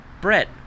Brett